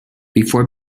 before